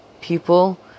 people